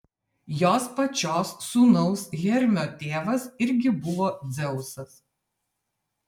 jos pačios sūnaus hermio tėvas irgi buvo dzeusas